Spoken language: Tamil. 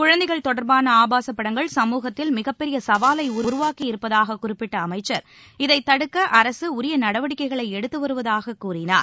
குழந்தைகள் தொடர்பான ஆபாச படங்கள் சமூகத்தில் மிகப்பெரிய சவாலை உருவாக்கியிருப்பதாக குறிப்பிட்ட அமைச்சர் இதைத்தடுக்க அரசு உரிய நடவடிக்கைகளை எடுத்து வருவதாகக் கூறினார்